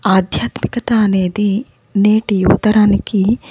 ఆధ్యాత్మికత అనేది నేటి యువతరానికి